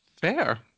Fair